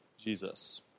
Jesus